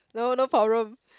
no no problem